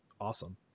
awesome